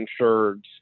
insureds